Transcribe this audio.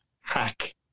hack